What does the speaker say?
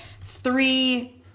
three